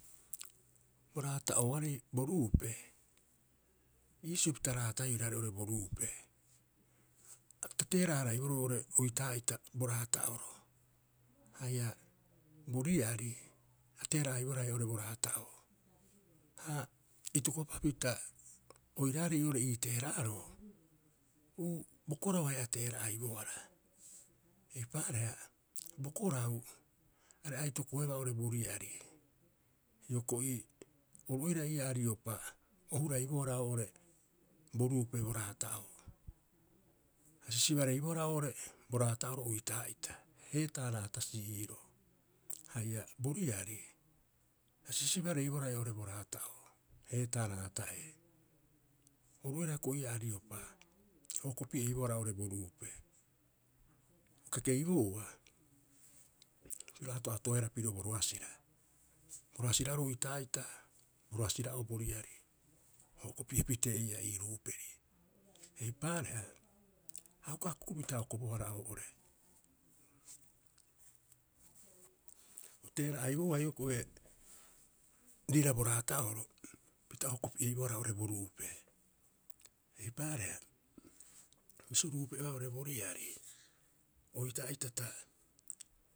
Bo raata'ooarei bo ruupe. Iisio pita raataiiu oiraarei oo'ore bo ruupe. Ta teera'a- haraiboroo roo'ore oitaa'ita bo raata'oro haia bo riari, a teera'a- haraiboroo haia oo'ore bo raata'oo ha itokopapita oiraarei ii'oo iiteera'aaroo uu, bo korau haia a teera'aibohara, eipaareha bo korau are aitokoebaa oo'ore bo riari. Hioko'i oru oira ii'a ariopa o huraibohara oo'ore bo ruupe bo raata'oo. A sisibareibohara oo'ore bo raata'oro oitaa'ita, heetaa raatasii iiroo. Haia bo riari, a sisibareibohara haia oo'ore bo raata'oo, heetaa raata'ee. Oru oira hioko'i ii'aa a riopa o hokopieibohara oo'ore bo ruupe. O kekeibouba piro ato'atoehara piro bo roasira, bo roasira'oro oitaa'ita, bo roasira'oo bo riari o hoko pi'e pitee ii'aa ii ruuperi. Eipaareha a uka akukupita hokobohara oo'ore. O teera'aibouba hioko'i riira bo raata'oro pita o hoko pi'eibohara oo'ore bo ruupe. Eipaareha, bisio ruupe'oeaa oo'ore bo riari oitaa'ita ta.